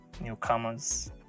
newcomers